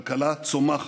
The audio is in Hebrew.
כלכלה צומחת,